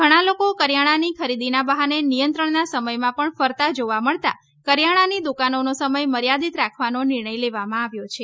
ધણાં લોકો કરિયાણાની ખરીદીના બહાને નિયંત્રણના સમયમાં પણ ફરતા જોવા મળતા કરિયાણાની દુકાનોનો સમય મર્યાદિત રાખવાનો નિર્ણય લેવામાં આવ્યો છે